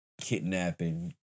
kidnapping